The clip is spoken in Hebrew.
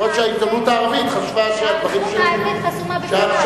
שהעיתונות הערבית חשבה שהדברים שלי,